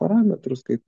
parametrus kaip